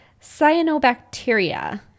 cyanobacteria